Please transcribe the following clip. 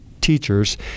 teachers